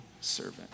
servant